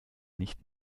nicht